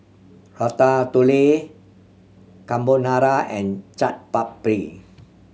Ratatouille Carbonara and Chaat Papri